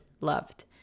LOVED